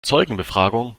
zeugenbefragung